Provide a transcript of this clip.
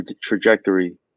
trajectory